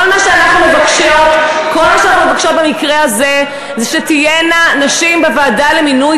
כל מה שאנחנו מבקשות במקרה הזה זה שתהיינה נשים בוועדה למינוי